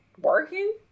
working